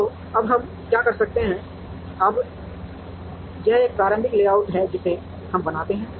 तो अब हम क्या कर सकते हैं अब यह एक प्रारंभिक लेआउट है जिसे हम बनाते हैं